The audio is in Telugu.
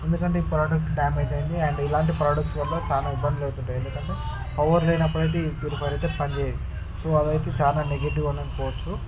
ఎందుకంటే ఈ ప్రోడక్ట్ డ్యామేజ్ అయ్యింది అండ్ ఇలాంటి ప్రొడక్ట్స్ వల్ల చానా ఇబ్బందులు అవుతుంటాయి ఎందుకంటే పవర్ లేనప్పుడైతే ప్యూరిఫయర్ పని చేయదు సో అదైతే చాలా నెగటివ్ అని పోవచ్చు